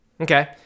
okay